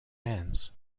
hands